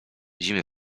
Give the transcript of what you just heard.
zimy